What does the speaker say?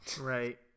Right